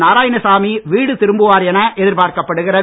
நாராயணசாமி வீடு திரும்புவார் என எதிர்பார்க்கப் படுகிறது